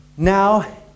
Now